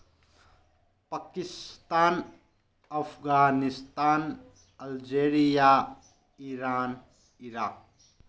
Pakistan Afghanistan Algeria Iran Iraq